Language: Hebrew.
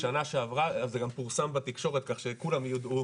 שנה שעברה, זה גם פורסם בתקשורת, כך שכולם יודעו,